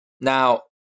Now